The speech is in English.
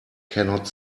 cannot